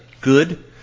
good